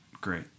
Great